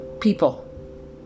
people